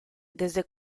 desde